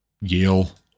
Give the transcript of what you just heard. Yale